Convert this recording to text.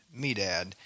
Medad